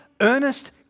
earnest